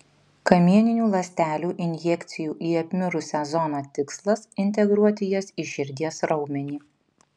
kamieninių ląstelių injekcijų į apmirusią zoną tikslas integruoti jas į širdies raumenį